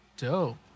Dope